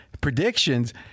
predictions